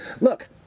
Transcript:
Look